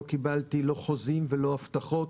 לא קיבלתי לא חוזים ולא הבטחות.